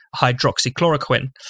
hydroxychloroquine